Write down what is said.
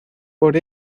por